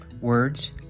Words